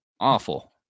awful